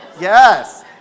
yes